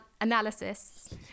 analysis